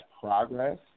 progress